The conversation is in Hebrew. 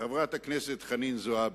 חברת הכנסת חנין זועבי,